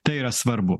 tai yra svarbu